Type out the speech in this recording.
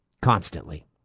constantly